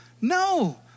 no